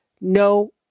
No